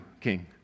king